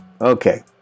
Okay